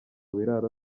biraro